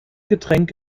getränk